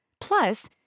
Plus